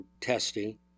testing